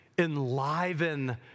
enliven